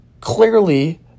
clearly